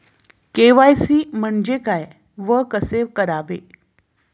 KYC म्हणजे काय व कसे करावे?